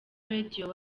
radio